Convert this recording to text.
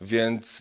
Więc